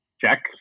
check